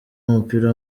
w’umupira